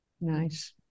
Nice